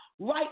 Right